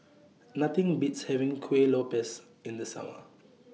Nothing Beats having Kueh Lopes in The Summer